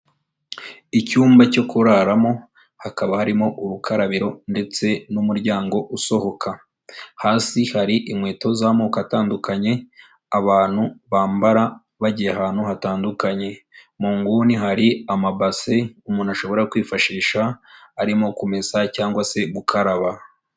Icyumba cyo kuraramo, hakaba harimo urukarabiro ndetse n'umuryango usohoka, hasi hari inkweto z'amoko atandukanye abantu bambara bagiye ahantu hatandukanye, mu nguni hari amabase umuntu ashobora kwifashisha arimo kumesa cyangwa se gukaraba.